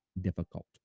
difficult